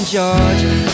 Georgia